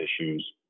issues